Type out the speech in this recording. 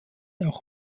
auch